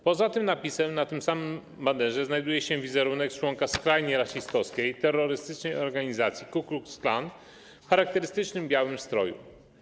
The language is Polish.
Poza tym napisem na tym samym banerze znajduje się wizerunek członka skrajnie rasistowskiej, terrorystycznej organizacji Ku Klux Klan w charakterystycznym białym stroju.